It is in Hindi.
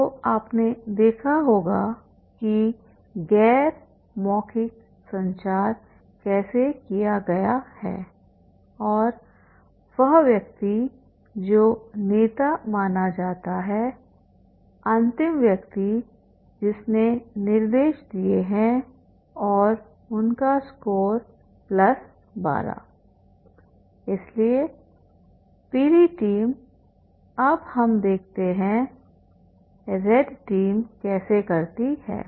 तो आपने देखा होगा कि गैर मौखिक संचार कैसे किया गया है और वह व्यक्ति जो नेता माना जाता है अंतिम व्यक्ति जिसने निर्देश दिए हैं और उनका स्कोर प्लस12 इसलिए पीली टीम अब हमें देखते हैं रेड टीम कैसे करती है